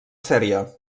sèrie